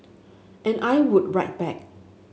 and I would write back